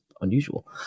unusual